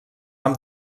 amb